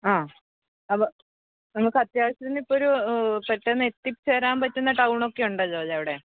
ആ അപ്പോൾ നമുക്ക് അത്യാവശ്യത്തിന് ഇപ്പൊരു പെട്ടന്ന് എത്തിച്ചേരാൻ പറ്റുന്ന ടൗണൊക്കെ ഉണ്ടല്ലോല്ലേ അവിടെ